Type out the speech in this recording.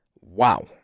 Wow